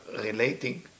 relating